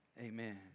Amen